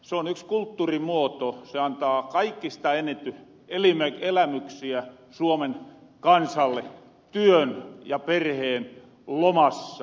se on yks kulttuurimuoto se antaa kaikista eniten elämyksiä suomen kansalle työn ja perheen lomassa